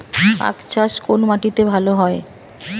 আখ চাষ কোন মাটিতে ভালো হয়?